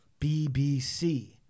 BBC